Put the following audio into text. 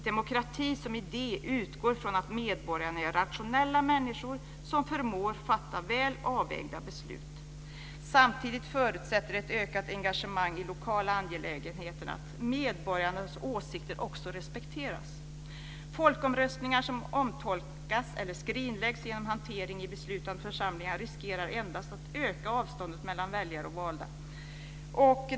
Demokrati som idé utgår från att medborgarna är rationella människor som förmår fatta väl avvägda beslut. Samtidigt förutsätter ett ökat engagemang i lokala angelägenheter att medborgarnas åsikter också respekteras. Folkomröstningar som omtolkas eller skrinläggs genom hanteringen i beslutande församlingar riskerar endast att öka avståndet mellan väljare och valda.